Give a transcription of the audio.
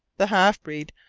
the half-breed,